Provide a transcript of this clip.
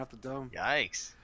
Yikes